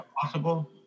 Possible